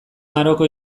maroko